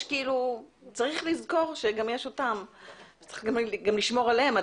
צריך גם לשמור עליהם.